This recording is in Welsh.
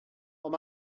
ond